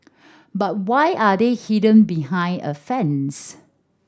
but why are they hidden behind a fence